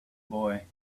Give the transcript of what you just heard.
boy